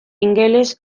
ingeles